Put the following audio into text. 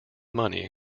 money